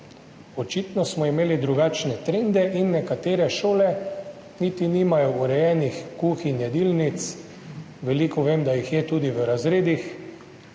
Očitno smo imeli drugačne trende in nekatere šole niti nimajo urejenih kuhinj, jedilnic, vem, da jih veliko jé tudi v razredih.